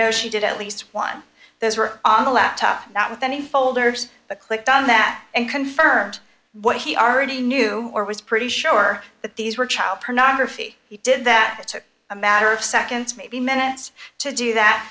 knows she did at least one those were on the laptop not with any folders but clicked on that and confirmed what he already knew or was pretty sure that these were child pornography he did that it took a matter of seconds maybe minutes to do that